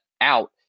out